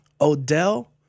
Odell